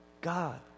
God